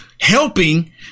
helping